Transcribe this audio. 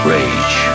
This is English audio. Rage